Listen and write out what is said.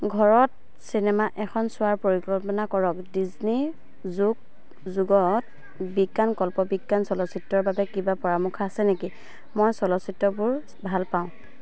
ঘৰত চিনেমা এখন চোৱাৰ পৰিকল্পনা কৰক ডিজনি যোগ যোগত বিজ্ঞান কল্পবিজ্ঞান চলচ্চিত্ৰৰ বাবে কিবা পৰামৰ্শ আছে নেকি মই চলচ্চিত্ৰবোৰ ভাল পাওঁ